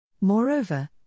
Moreover